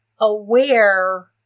aware